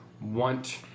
want